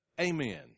Amen